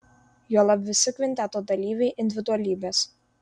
juolab visi kvinteto dalyviai individualybės